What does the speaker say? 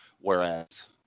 Whereas